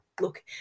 look